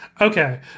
Okay